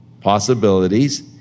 possibilities